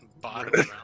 Bottom